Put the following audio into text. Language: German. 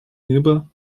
liebe